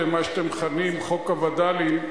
כן, אבל לא הקיצונים, דאג לחמשת המ"מים.